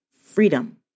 freedom